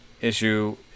issue